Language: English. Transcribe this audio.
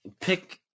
pick